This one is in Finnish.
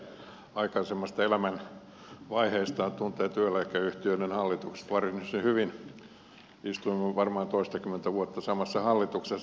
luulen että uusi valtiovarainministeri aikaisemmista elämänvaiheistaan tuntee työeläkeyhtiöiden hallitukset varsin hyvin istunut varmaan toistakymmentä vuotta samassa hallituksessa